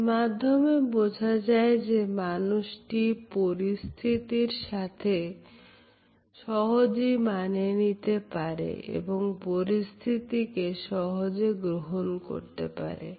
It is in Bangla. এর মাধ্যমে বোঝা যায় যে মানুষটি পরিস্থিতির সাথে সহজেই মানিয়ে নিতে পারে এবং পরিস্থিতিকে সহজে গ্রহণ করতে পারে